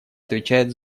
отвечает